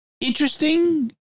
interesting